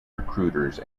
recruiters